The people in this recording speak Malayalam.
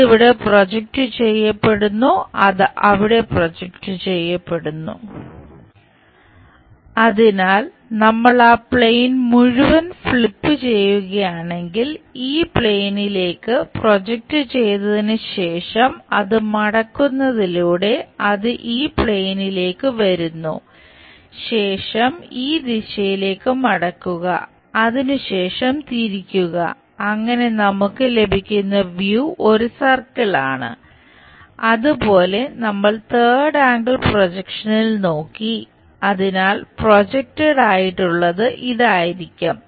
ഇത് ഇവിടെ പ്രൊജക്റ്റ് ചെയ്യപ്പെടുന്നു അത് അവിടെ പ്രൊജക്റ്റ് ചെയ്യപ്പെടുന്നു അതിനാൽ നമ്മൾ ആ പ്ലെയിൻ മുഴുവൻ ഫ്ലിപ്പു നമുക്ക് ലഭിക്കും